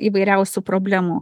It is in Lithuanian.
įvairiausių problemų